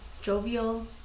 jovial